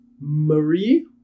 Marie